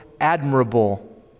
admirable